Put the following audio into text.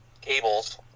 cables